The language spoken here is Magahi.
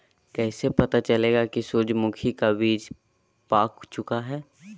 कैसे पता चलेगा की सूरजमुखी का बिज पाक चूका है?